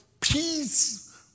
peace